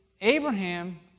Abraham